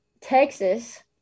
Texas